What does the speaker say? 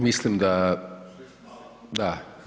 Mislim da … [[Upadica iz klupe se ne razumije]] da.